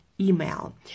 email